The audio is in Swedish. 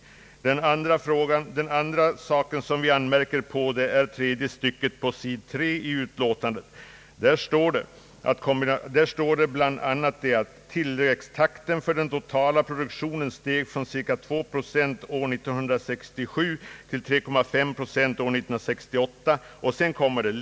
Den andra frågan återfinns på sid. 3 i utlåtandet: »Tillväxttakten för den totala produktionen steg från ca 2 procent år 1967 till 3,5 procent år 1968.